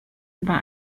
über